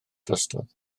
drosodd